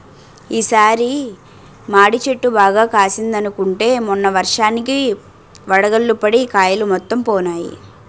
ఈ సారి మాడి చెట్టు బాగా కాసిందనుకుంటే మొన్న వర్షానికి వడగళ్ళు పడి కాయలు మొత్తం పోనాయి